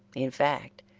in fact,